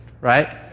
right